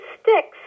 sticks